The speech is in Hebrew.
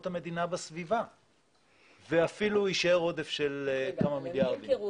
המדינה בסביבה ואפילו יישאר עודף של כמה מיליארדי שקלים.